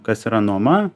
kas yra nuoma